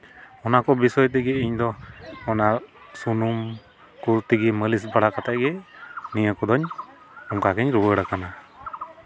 ᱚᱱᱟ ᱠᱚ ᱵᱤᱥᱚᱭ ᱛᱮᱜᱮ ᱤᱧᱫᱚ ᱚᱱᱟ ᱥᱩᱱᱩᱢ ᱠᱚ ᱛᱮᱜᱮ ᱢᱟᱹᱞᱤᱥ ᱵᱟᱲᱟ ᱠᱟᱛᱮᱫ ᱜᱤ ᱱᱤᱭᱟᱹ ᱠᱚᱫᱚᱧ ᱚᱱᱠᱟ ᱜᱤᱧ ᱨᱩᱣᱟᱹᱲᱟᱠᱟᱱᱟ